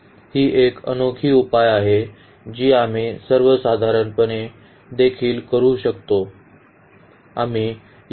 ही एक अनोखी उपाय आहे जी आम्ही सर्वसाधारणपणे देखील करू शकतो